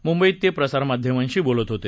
मुंबईत ते प्रसार माध्यमांशी बोलत होते